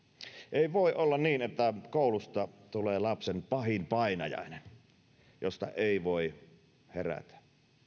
ei voi olla niin että koulusta tulee lapsen pahin painajainen josta ei voi herätä